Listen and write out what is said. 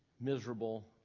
miserable